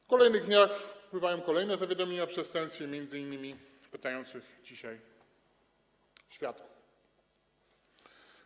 W kolejnych dniach wpływają kolejne zawiadomienia o przestępstwie, m.in. pytających dzisiaj świadków.